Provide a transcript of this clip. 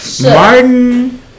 Martin